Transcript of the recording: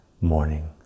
morning